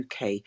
uk